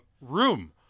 Room